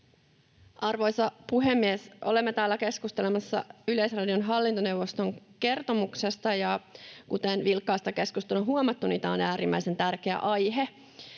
Arvoisa puhemies! Olemme täällä keskustelemassa Yleisradion hallintoneuvoston kertomuksesta. Kuten vilkkaasta keskustelusta on huomattu, niin tämä on äärimmäisen tärkeä aihe.